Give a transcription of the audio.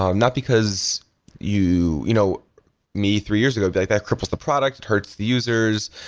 um not because you you know me, three years ago, like that cripples the product, it hurts the users.